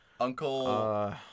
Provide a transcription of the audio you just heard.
Uncle